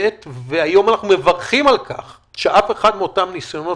אנחנו מקדמים בברכה את ראש המועצה דימה.